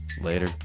Later